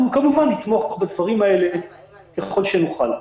אנחנו כמובן נתמוך בדברים האלה ככל שנוכל.